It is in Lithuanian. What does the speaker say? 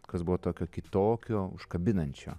kas buvo tokio kitokio užkabinančio